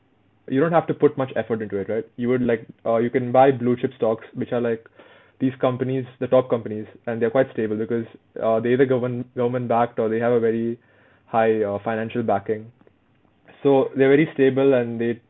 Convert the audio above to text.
you don't have to put much effort into it right you would like uh you can buy blue chip stocks which are like these companies the top companies and they're quite stable because uh they're either government government backed or they have a very high uh financial backing so they're very stable and they